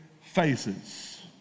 faces